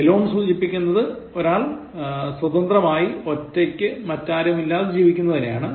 Alone സൂചിപ്പിക്കുന്നത് ഒരാൾ സ്വതന്ത്രമായി ഒറ്റക്ക് മറ്റാരുമില്ലാതെ ജീവിക്കുന്നതിനെയാണ്